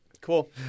Cool